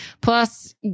plus